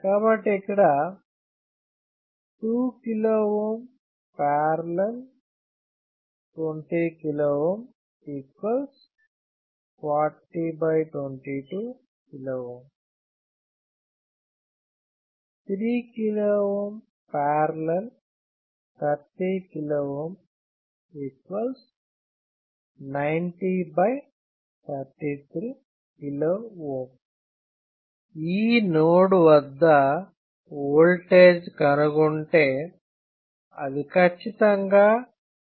కాబట్టి ఇక్కడ 2 KΩ 20 KΩ 4022 KΩ 3 KΩ 30 KΩ 9033 KΩ ఈ నోడ్ వద్ద ఓల్టేజ్ కనుగొంటే అది ఖచ్చితంగా 6V అవుతుంది